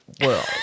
world